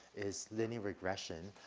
is linear regression.